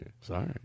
sorry